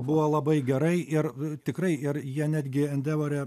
buvo labai gerai ir nu tikrai ir jie netgi endevorė